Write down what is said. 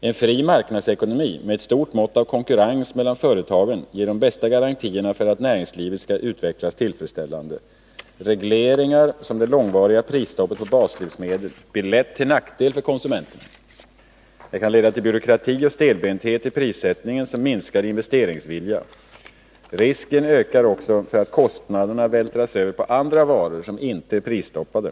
En fri marknadsekonomi med ett stort mått av konkurrens mellan företagen ger de bästa garantierna för att näringslivet skall utvecklas tillfredsställande. Regleringar, som det långvariga prisstoppet på baslivsmedel, blir lätt till nackdel för konsumenterna. De kan leda till byråkrati och stelbenthet i prissättningen samt minskad investeringsvilja. Risken ökar också för att kostnaderna vältras över på andra varor som inte är prisstoppade.